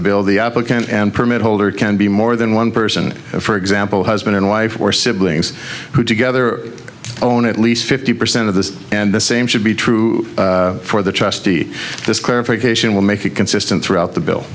the bill the applicant and permit holder can be more than one person for example husband and wife or siblings who together own at least fifty percent of this and the same should be true for the trustee this clarification will make it consistent throughout the bill